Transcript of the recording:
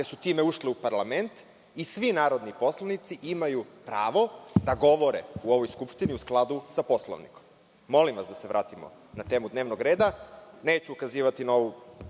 su time ušli u parlament i svi narodni poslanici imaju pravo da govore u ovoj skupštini u skladu sa Poslovnikom. Molim vas da se vratimo na temu dnevnog reda. Neću ukazivati na